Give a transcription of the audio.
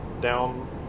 down